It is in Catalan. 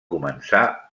començar